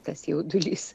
tas jaudulys